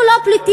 אנחנו לא פליטים,